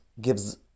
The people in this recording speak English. gives